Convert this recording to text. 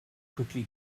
quickly